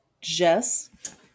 Jess